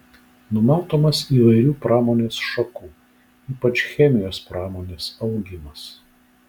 numatomas įvairių pramonės šakų ypač chemijos pramonės augimas